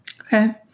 Okay